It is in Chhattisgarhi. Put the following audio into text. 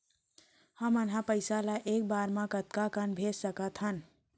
हमन ह पइसा ला एक बार मा कतका कन भेज सकथन?